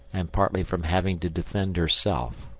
and partly from having to defend herself